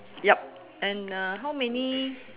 yup and uh how many